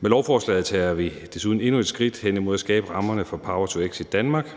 Med lovforslaget tager vi desuden endnu et skridt hen imod at skabe rammerne for power-to-x i Danmark.